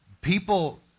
people